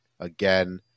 Again